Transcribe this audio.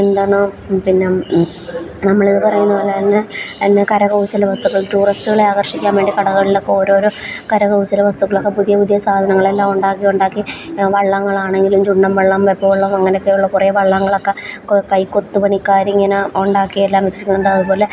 എന്താണ് പിന്നെ നമ്മളിത് പറയുന്നതുപോലെത്തന്നെ എന്താ കരകൗശലവസ്തുക്കൾ ടൂറിസ്റ്റുകളെ ആകർഷിക്കാൻ വേണ്ടി കടകളിലൊക്കെ ഓരോരോ കരകൗശല വസ്തുക്കളൊക്കെ പുതിയ പുതിയ സാധനങ്ങളെല്ലാമുണ്ടാക്കി ഉണ്ടാക്കി വള്ളങ്ങളാണെങ്കിലും ചുണ്ടൻവള്ളം വെപ്പു വെള്ളം അങ്ങനെയൊക്കെയുള്ള കുറേ വള്ളങ്ങളൊക്കെ കൈക്കൊത്ത് പണിക്കാരിങ്ങനെ ഉണ്ടാക്കിയെല്ലാം വെച്ചിട്ടുണ്ട് അതുപോലെ